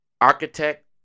architect